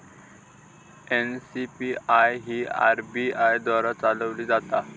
NCPI ही RBI द्वारा चालवली जाता